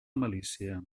malícia